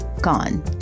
gone